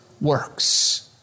works